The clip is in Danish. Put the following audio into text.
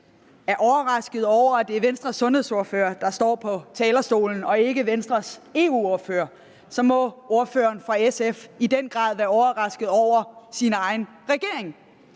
er overrasket over, at det er Venstres sundhedsordfører, der står på talerstolen, og ikke Venstres EU-ordfører, så må fru Lisbeth Bech Poulsen i den grad være overrasket over sin egen regering.